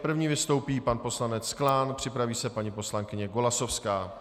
První vystoupí pan poslanec Klán, připraví se paní poslankyně Golasowská.